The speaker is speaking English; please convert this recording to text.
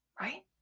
right